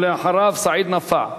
ואחריו, סעיד נפאע.